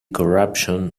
corruption